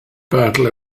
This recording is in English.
battle